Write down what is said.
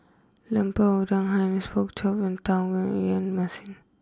Lemper Udang Hainanese Pork Chop and Tauge Ikan Masin